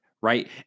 Right